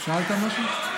שאלת משהו?